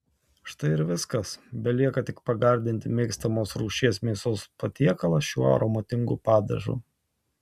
štai ir viskas belieka tik pagardinti mėgstamos rūšies mėsos patiekalą šiuo aromatingu padažu